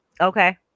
Okay